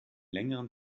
längeren